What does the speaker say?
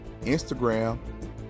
Instagram